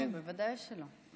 לא, בוודאי שלא.